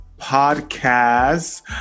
podcast